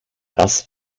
das